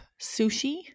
sushi